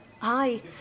Hi